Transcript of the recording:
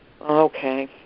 Okay